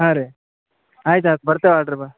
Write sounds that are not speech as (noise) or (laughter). ಹಾಂ ರೀ ಆಯ್ತು ಆಯ್ತು ಬರ್ತೇವೆ (unintelligible)